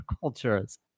cultures